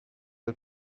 del